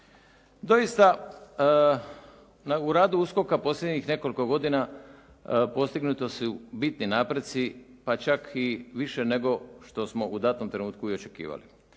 doista u radu USKOK-a u posljednjih nekoliko godina postignuti su bitni napredci pa čak i više nego što smo u datom trenutku i očekivali.